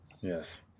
Yes